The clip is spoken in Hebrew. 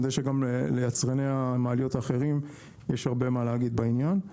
אני יודע שגם ליצרני מעליות אחרים יש הרבה מה להגיד בעניין.